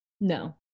No